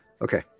Okay